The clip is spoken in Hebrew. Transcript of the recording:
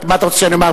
מה אתה רוצה שאני אומר,